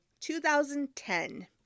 2010